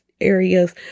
areas